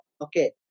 okay